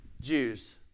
Jews